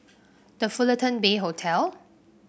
The Fullerton Bay Hotel